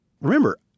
Remember